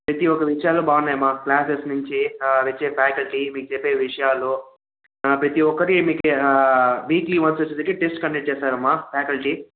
ప్రతీ ఒక విషయాల్లో బాగున్నాయమ్మా క్లాసెస్ నుంచి వచ్చే ఫ్యాకల్టీ మీకు చెప్పే విషయాలు ప్రతీ ఒకటి మీకు వీక్లీ వన్స్ వచ్చేసి టెస్ట్ కండక్ట్ చేస్తారమ్మా ఫ్యాకల్టీ